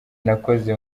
nakoze